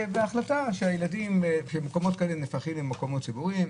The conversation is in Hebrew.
בהחלטה שמקומות כאלה נהפכים למקומות ציבוריים,